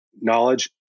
knowledge